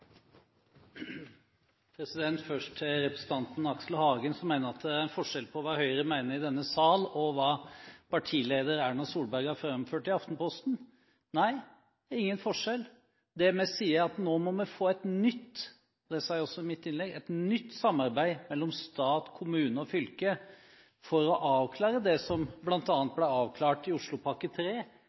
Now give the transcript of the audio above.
interesser. Først til representanten Aksel Hagen, som mener at det er en forskjell på hva Høyre mener i denne sal og hva partileder Erna Solberg har framført i Aftenposten. Nei, det er ingen forskjell. Det vi sier, er at nå må vi få et nytt – som jeg også sa i mitt innlegg – samarbeid mellom stat, kommune og fylke for å avklare det som bl.a. ble avklart i Oslopakke